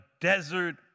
desert